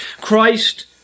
Christ